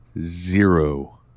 zero